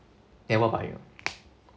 then what about you